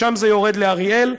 משם זה יורד לאריאל,